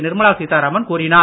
நிர்மலா சீத்தாராமன் கூறினார்